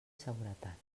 seguretat